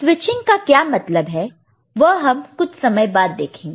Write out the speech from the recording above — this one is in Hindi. स्विचिंग का क्या मतलब है वह हम कुछ समय बाद देखेंगे